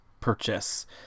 purchase